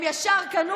הם ישר קנו,